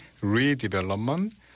redevelopment